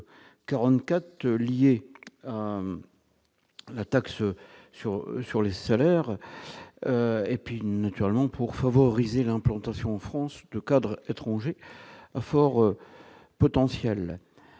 44 liée à la taxe sur sur les salaires et puis naturellement pour favoriser l'implantation en France, le cadres étrangers à fort potentiel,